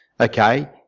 Okay